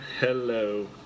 hello